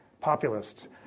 populists